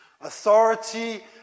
Authority